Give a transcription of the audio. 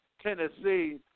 Tennessee